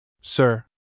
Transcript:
Sir